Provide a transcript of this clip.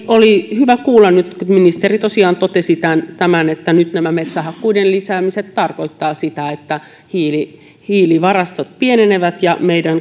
oli hyvä kuulla kun ministeri tosiaan totesi tämän tämän että nyt nämä metsähakkuiden lisäämiset tarkoittavat sitä että hiilivarastot pienenevät ja